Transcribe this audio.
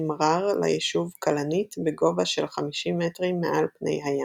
מר'אר ליישוב כלנית בגובה של 50 מטרים מעל פני הים.